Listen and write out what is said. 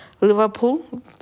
Liverpool